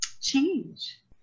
change